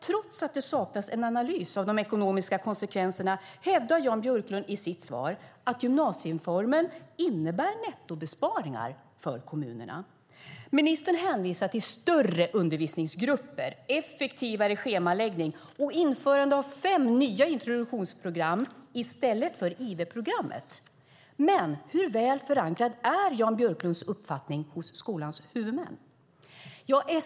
Trots att det saknas en analys av de ekonomiska konsekvenserna hävdar Jan Björklund i sitt svar att gymnasiereformen innebär nettobesparingar för kommunerna. Ministern hänvisar till större undervisningsgrupper, effektivare schemaläggning och införande av fem nya introduktionsprogram i stället för IV-programmet. Men hur väl förankrad är Jan Björklunds uppfattning hos skolans huvudmän?